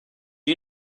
you